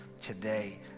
today